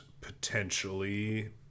potentially